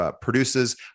produces